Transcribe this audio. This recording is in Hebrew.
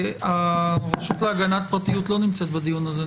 הרשות להגנת פרטיות נמצאת בדיון הזה?